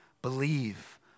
Believe